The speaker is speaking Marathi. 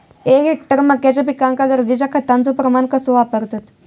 एक हेक्टर मक्याच्या पिकांका गरजेच्या खतांचो प्रमाण कसो वापरतत?